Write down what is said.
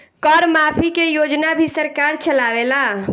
कर माफ़ी के योजना भी सरकार चलावेला